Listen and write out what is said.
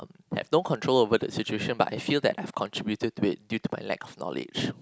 have no control over the situation but I feel that I've contributed to it due to my lack of knowledge